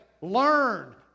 learn